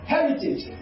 Heritage